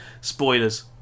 Spoilers